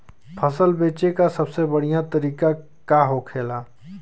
फसल बेचे का सबसे बढ़ियां तरीका का होखेला?